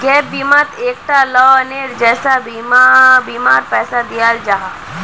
gap बिमात एक टा लोअनेर जैसा बीमार पैसा दियाल जाहा